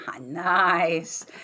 nice